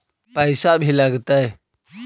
पैसा भी लगतय?